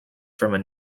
from